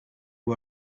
who